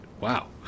wow